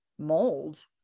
mold